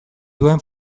duen